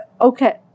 okay